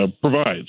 provides